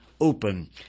open